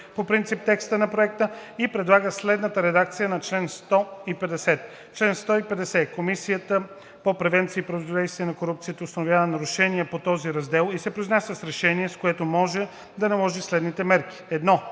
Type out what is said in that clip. по принцип текста на Проекта и предлага следната редакция на чл. 150: „Чл. 150. (1) Комисията по превенция и противодействие на корупцията установява нарушение по този раздел и се произнася с решение, с което може да наложи следните мерки: 1.